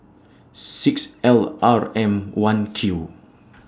six L R M one Q